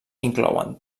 inclouen